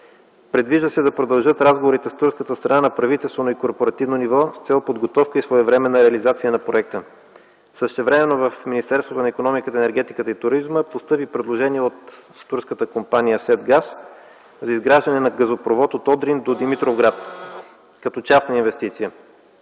Предвижда се да продължат разговорите с турската страна на правителствено и корпоративно ниво с цел подготовка и своевременна реализация на проекта. Същевременно в Министерството на икономиката, енергетиката и туризма постъпи предложение от турската компания „Седгаз” за изграждане на газопровод от Одрин да Димитровград като частна инвестиция.